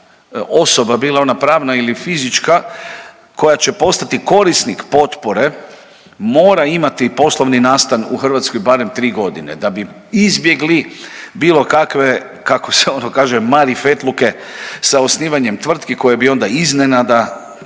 osoba, bila ona pravna ili fizička koja će postati korisnik potpore mora imati poslovni nastan u Hrvatskoj barem 3.g. da bi izbjegli bilo kakve, kako se ono kaže, marifetluke sa osnivanjem tvrtki koje bi onda iznenada,